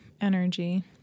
energy